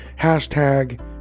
hashtag